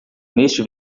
neste